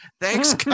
Thanks